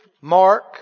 Mark